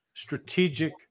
strategic